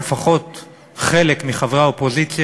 לפחות חלק מחברי האופוזיציה,